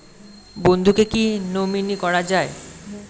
বন্ধুকে কী নমিনি করা যায়?